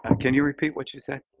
and can you repeat what you said?